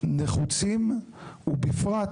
נחוצים ובפרט,